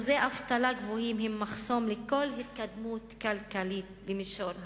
שיעורי אבטלה גבוהים הם מחסום לכל התקדמות כלכלית במישור הארצי.